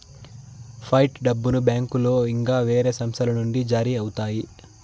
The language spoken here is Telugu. ఫైట్ డబ్బును బ్యాంకులో ఇంకా వేరే సంస్థల నుండి జారీ అవుతాయి